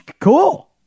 cool